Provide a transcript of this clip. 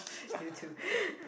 you too